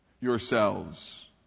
yourselves